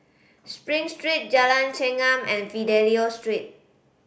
Spring Street Jalan Chengam and Fidelio Street